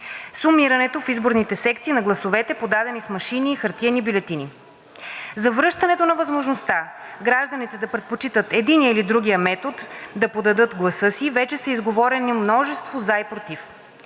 сумирането в изборните секции на гласовете, подадени с машини и хартиени бюлетини, завръщането на възможността гражданите да предпочитат единия или другия метод да подадат гласа си, вече са изговорени множество за и против.